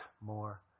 more